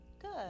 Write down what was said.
Good